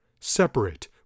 separate